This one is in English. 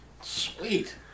Sweet